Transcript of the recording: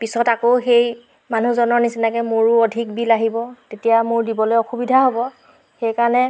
পিছত আকৌ সেই মানুহজনৰ নিচিনাকে মোৰো অধিক বিল আহিব তেতিয়া মোৰ দিবলৈ অসুবিধা হ'ব সেইকাৰণে